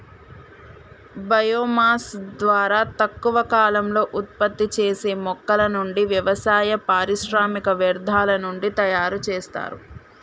bio mass ద్వారా తక్కువ కాలంలో ఉత్పత్తి చేసే మొక్కల నుండి, వ్యవసాయ, పారిశ్రామిక వ్యర్థాల నుండి తయరు చేస్తారు